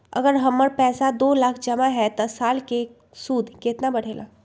अगर हमर पैसा दो लाख जमा है त साल के सूद केतना बढेला?